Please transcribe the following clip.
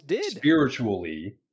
spiritually